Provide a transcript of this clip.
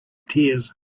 tears